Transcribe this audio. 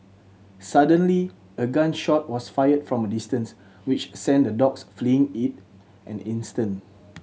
suddenly a gun shot was fired from a distance which sent the dogs fleeing in an instant